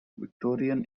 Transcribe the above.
victorian